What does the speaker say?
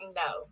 no